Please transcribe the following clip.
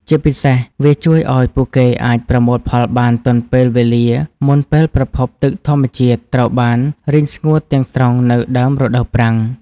ជាពិសេសវាជួយឱ្យពួកគេអាចប្រមូលផលបានទាន់ពេលវេលាមុនពេលប្រភពទឹកធម្មជាតិត្រូវបានរីងស្ងួតទាំងស្រុងនៅដើមរដូវប្រាំង។